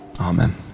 Amen